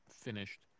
finished